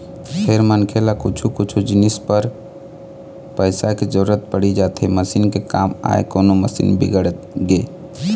फेर मनखे ल कछु कछु जिनिस बर पइसा के जरुरत पड़ी जाथे मसीन के काम आय कोनो मशीन बिगड़गे